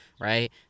right